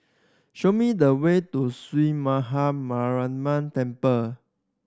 show me the way to Sree Maha Mariamman Temple